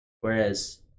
Whereas